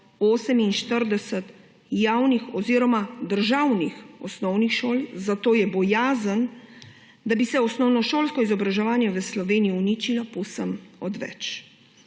448 javnih oziroma državnih osnovnih šol, zato je bojazen, da bi se osnovnošolsko izobraževanje v Sloveniji uničilo, povsem odveč.